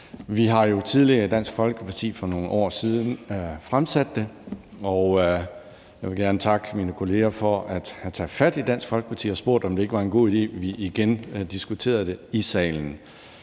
Vi har jo tidligere i Dansk Folkeparti for nogle år siden fremsat det, og jeg vil gerne takke mine kolleger for at have taget fat i Dansk Folkeparti og spurgt, om det ikke var en god idé, at vi igen diskuterede det i salen,